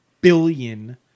billion